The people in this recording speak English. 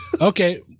okay